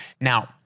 Now